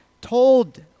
told